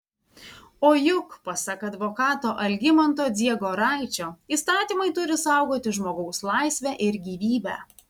o juk pasak advokato algimanto dziegoraičio įstatymai turi saugoti žmogaus laisvę ir gyvybę